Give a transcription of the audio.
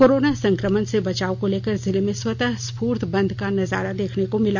corona संक्रमण से बचाव को लेकर जिले में स्वतः स्फूर्त बंद का नजारा देखने को मिला